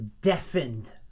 deafened